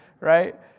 right